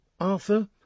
Arthur